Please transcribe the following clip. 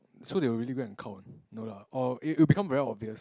so they will really go and count no lah or it will become very obvious